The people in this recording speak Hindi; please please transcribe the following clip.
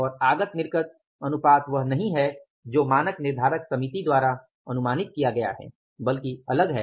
और आगत निर्गत अनुपात वह नहीं है जो मानक निर्धारक समिति द्वारा अनुमानित किया गया है बल्कि अलग है